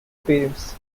parents